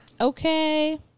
Okay